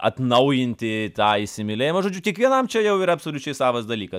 atnaujinti tą įsimylėji žodžiu kiekvienam čia jau yra absoliučiai savas dalykas